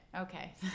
Okay